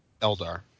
Eldar